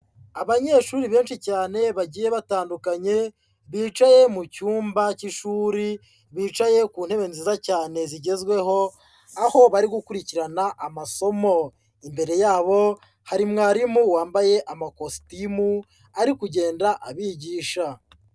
Abanyeshuri benshi cyane bagiye batandukanye, bicaye mu cyumba cy'ishuri, bicaye ku ntebe nziza cyane zigezweho, aho bari gukurikirana amasomo, imbere yabo hari mwarimu wambaye amakositimu ari kugenda abigisha.